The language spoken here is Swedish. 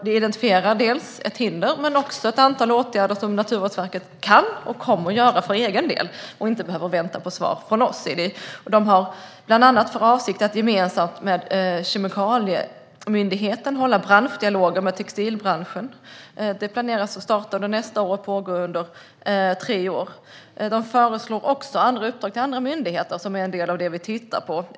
Där identifieras ett hinder men också ett antal åtgärder som Naturvårdsverket kan och kommer att vidta för egen del, utan att vänta på svar från oss. Man har bland annat för avsikt att tillsammans med Kemikalieinspektionen hålla branschdialoger med textilbranschen. De planeras starta under nästa år och pågå i tre år. Man föreslår också andra uppdrag till andra myndigheter, och det tittar vi också på.